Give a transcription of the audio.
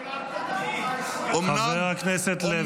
--- חבר הכנסת לוי.